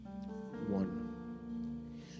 One